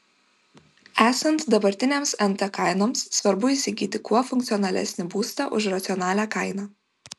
esant dabartinėms nt kainoms svarbu įsigyti kuo funkcionalesnį būstą už racionalią kainą